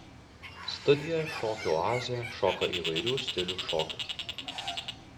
studija šokių oazė šoka įvairių stilių šokius